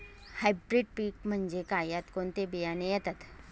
Hybrid पीक म्हणजे काय? यात कोणते बियाणे येतात?